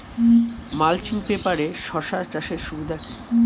Mulching পেপারে শসা চাষের সুবিধা কি?